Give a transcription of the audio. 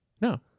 No